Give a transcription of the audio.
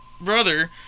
brother